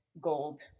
gold